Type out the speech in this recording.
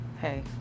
hey